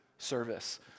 service